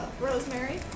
Rosemary